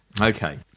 okay